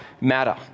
matter